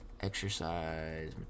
exercise